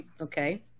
okay